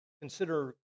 consider